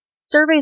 surveys